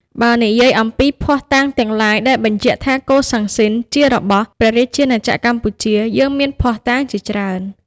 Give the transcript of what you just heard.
បើនិយាយអំពី ភស្តុតាងទាំងឡាយដែលបញ្ជាក់ថា កូសាំងស៊ីន ជារបស់ព្រះរាជាណាចក្រកម្ពុជាយើងមានភស្តុតាងជាច្រើន។